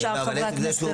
כמו שאר חברי הכנסת,